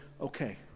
Okay